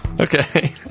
Okay